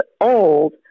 old